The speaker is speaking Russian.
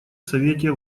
совете